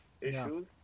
issues